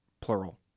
plural